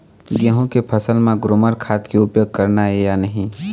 गेहूं के फसल म ग्रोमर खाद के उपयोग करना ये या नहीं?